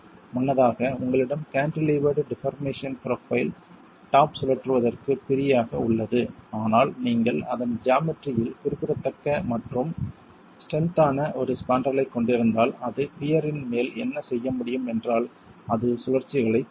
முன்னதாக உங்களிடம் cantilevered deformation profile top சுழற்றுவதற்கு ப்ரீ ஆக உள்ளது ஆனால் நீங்கள் அதன் ஜாமெட்ரியில் குறிப்பிடத்தக்க மற்றும் ஸ்ட்ரென்த் ஆன ஒரு ஸ்பாண்ட்ரலைக் கொண்டிருந்தால் அது பியர் இன் மேல் என்ன செய்ய முடியும் என்றால் அது சுழற்சிகளைத் தடுக்கும்